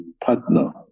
partner